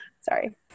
sorry